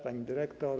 Pani Dyrektor!